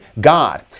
god